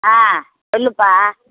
ஆ சொல்லுப்பா